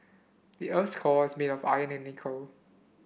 the earth's core is made of iron and nickel